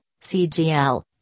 CGL